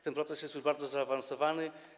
Ten proces jest już bardzo zaawansowany.